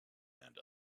and